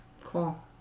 Cool